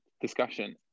discussion